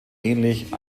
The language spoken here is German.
ähnlich